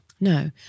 No